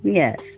yes